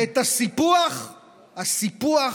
ואת סיפור הסיפוח,